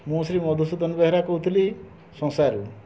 ମୁଁ ଶ୍ରୀ ମଧୁସୂଦନ ବେହେରା କହୁଥିଲି ସଂସାରରୁ